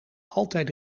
altijd